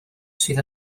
sydd